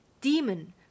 demon